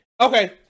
Okay